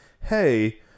hey